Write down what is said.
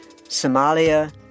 Somalia